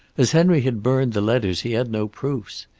as henry had burned the letters he had no proofs.